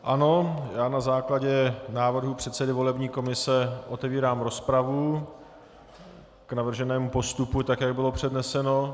Ano, já na základě návrhu předsedy volební komise otevírám rozpravu k navrženému postupu, tak jak bylo předneseno.